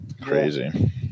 Crazy